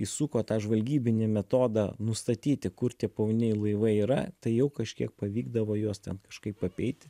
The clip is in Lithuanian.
įsuko tą žvalgybinį metodą nustatyti kur tie povandeniniai laivai yra tai jau kažkiek pavykdavo juos ten kažkaip apeiti